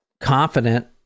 confident